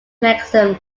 mechanism